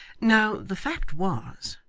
now, the fact was,